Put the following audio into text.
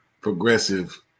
progressive